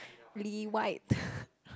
Lee white